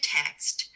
text